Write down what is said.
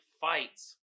fights